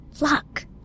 luck